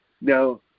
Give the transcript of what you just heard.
Now